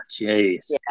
Jeez